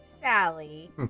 Sally